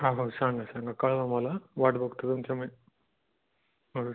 आगाऊ सांगा सांगा कळवा मला वाट बघतो तुमच्या मी